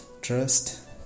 trust